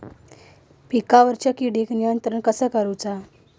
पिकावरची किडीक नियंत्रण कसा करायचा?